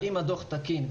האם הדוח תקין?